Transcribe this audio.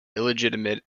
illegitimate